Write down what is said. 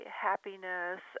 happiness